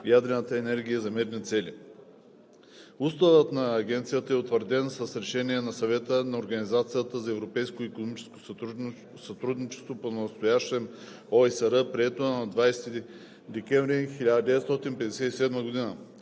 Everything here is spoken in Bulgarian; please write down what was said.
ядрената енергия за мирни цели. Уставът на Агенцията за ядрена енергия е утвърден с Решение на Съвета на Организацията за европейско икономическо сътрудничество, понастоящем ОИСР, прието на 20 декември 1957 г.